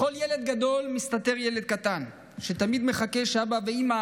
בכל ילד גדול מסתתר ילד קטן שתמיד מחכה שאבא ואימא